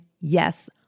yes